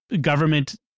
government